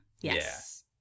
Yes